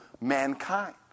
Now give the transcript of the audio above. mankind